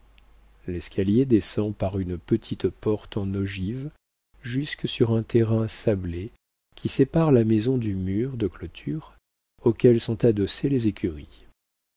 l'escalier descend par une petite porte en ogive jusque sur un terrain sablé qui sépare la maison du mur de clôture auquel sont adossées les écuries